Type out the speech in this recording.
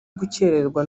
gukererwa